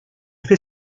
fait